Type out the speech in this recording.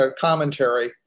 commentary